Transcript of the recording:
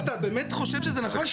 אתה באמת חושב שזה נכון לבטל זכות לערר?